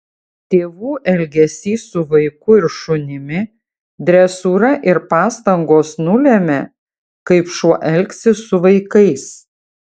tėvų elgesys su vaiku ir šunimi dresūra ir pastangos nulemia kaip šuo elgsis su vaikais